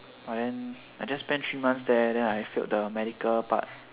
but then I just spent three months there then I failed the medical part